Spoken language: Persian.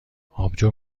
آبجو